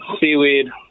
Seaweed